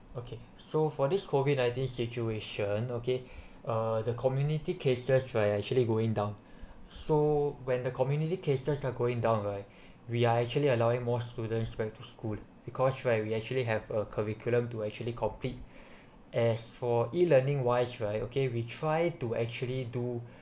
okay so for this COVID nineteen situation okay uh the community cases right are actually going down so when the community cases are going down right we are actually allowing more students back to school because right we actually have a curriculum to actually complete as for E learning wise right okay we try to actually do